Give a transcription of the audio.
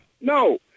no